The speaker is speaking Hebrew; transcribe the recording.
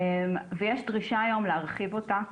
ויש דרישה היום להרחיב אותה.